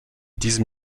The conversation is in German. diesem